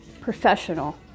professional